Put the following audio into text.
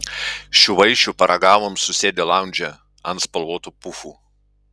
šių vaišių paragavom susėdę laundže ant spalvotų pufų